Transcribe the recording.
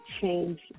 change